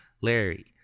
Larry